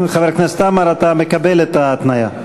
חבר הכנסת עמאר, אתה מקבל את ההתניה?